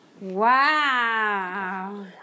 Wow